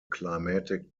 climatic